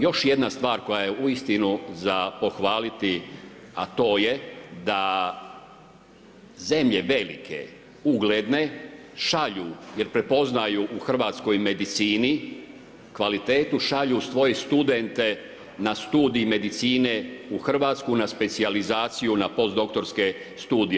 Još jedna stvar koja je uistinu za pohvaliti, a to je da zemlje, velike, ugledne, šalju, jer prepoznaju u hrvatskoj medicini kvalitetu, šalju svoje studente na studij medicine u Hrvatsku, na specijalizaciju, na post doktorske studije.